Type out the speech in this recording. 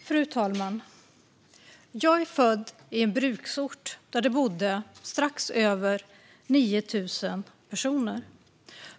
Fru talman! Jag är född i en bruksort där det bodde strax över 9 000 personer.